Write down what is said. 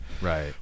Right